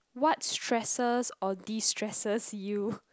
what stresses or destresses you